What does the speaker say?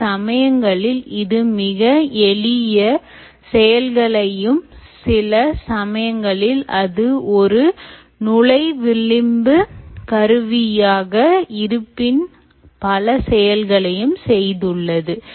சில சமயங்களில் இது மிக எளிய செயல்களையும் சில சமயங்களில் அது ஒரு நுழை விளிம்பு கருவியாக இருப்பின் பல செயல்களையும் செய்துள்ளது